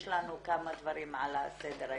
יש לנו כמה דברים על סדר היום.